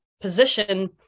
position